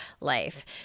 life